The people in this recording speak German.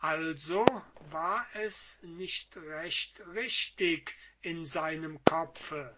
also war es nicht recht richtig in seinem kopfe